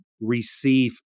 receive